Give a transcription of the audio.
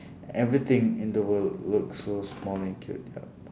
everything in the world look so small and cute yup